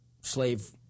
slave